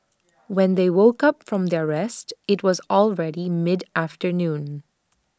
when they woke up from their rest IT was already mid afternoon